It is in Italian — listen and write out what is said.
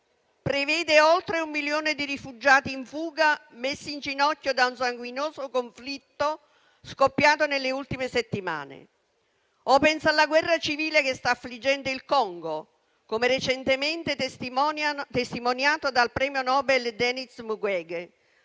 prevede oltre un milione di rifugiati in fuga, messi in ginocchio da un sanguinoso conflitto scoppiato nelle ultime settimane. Oppure penso alla guerra civile che sta affliggendo il Congo, come recentemente testimoniato dal premio Nobel Denis Mukwege;